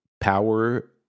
power